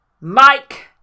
Mike